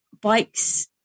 bikes